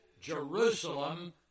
Jerusalem